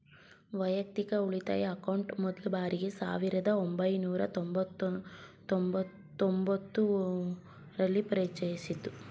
ವೈಯಕ್ತಿಕ ಉಳಿತಾಯ ಅಕೌಂಟ್ ಮೊದ್ಲ ಬಾರಿಗೆ ಸಾವಿರದ ಒಂಬೈನೂರ ತೊಂಬತ್ತು ಒಂಬತ್ತು ರಲ್ಲಿ ಪರಿಚಯಿಸಿದ್ದ್ರು